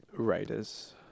Raiders